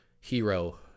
hero